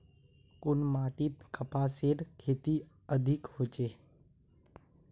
कुन माटित कपासेर खेती अधिक होचे?